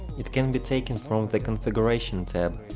it can be taken from the configuration tab.